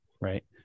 Right